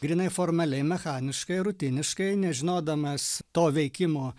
grynai formaliai mechaniškai rutiniškai nežinodamas to veikimo